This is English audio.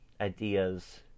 ideas